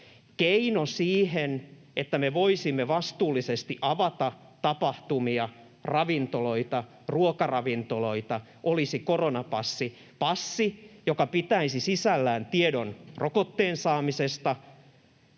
Keino siihen, että me voisimme vastuullisesti avata tapahtumia, ravintoloita, ruokaravintoloita, olisi koronapassi — passi, joka pitäisi sisällään tiedon rokotteen saamisesta,